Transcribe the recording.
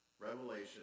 Revelation